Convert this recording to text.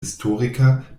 historiker